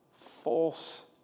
false